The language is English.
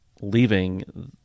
leaving